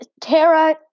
Tara